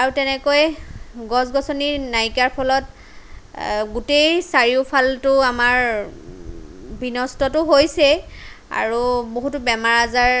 আৰু তেনেকৈ গছ গছনি নাইকিয়াৰ ফলত গোটেই চাৰিওফালটো আমাৰ বিনষ্টটো হৈছেই আৰু বহুতো বেমাৰ আজাৰ